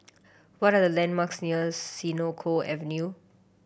what are the landmarks near Senoko Avenue